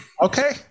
Okay